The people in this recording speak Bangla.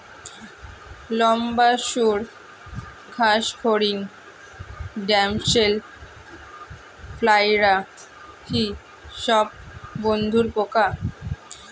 লম্বা সুড় ঘাসফড়িং ড্যামসেল ফ্লাইরা কি সব বন্ধুর পোকা?